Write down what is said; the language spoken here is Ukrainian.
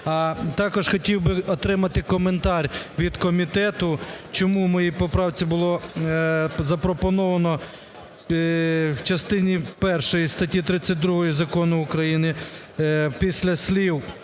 також хотів би отримати коментар від комітету, чому в моїй поправці було запропоновано в частині першій статті 32 закону України після слів